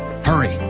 hurry,